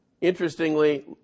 interestingly